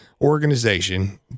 organization